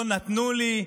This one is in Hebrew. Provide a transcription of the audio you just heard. לא נתנו לי,